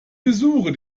besuche